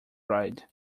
ride